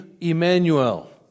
Emmanuel